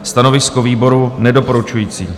Stanovisko výboru nedoporučující.